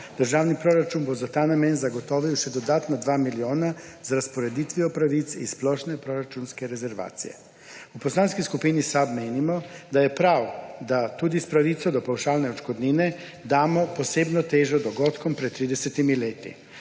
Državni proračun bo za ta namen zagotovil še dodatno dva milijona z razporeditvijo pravic iz splošne proračunske rezervacije. V Poslanski skupini SAB menimo, da je prav, da tudi s pravico do pavšalne odškodnine damo posebno težo dogodkom pred 30 leti.